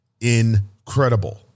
incredible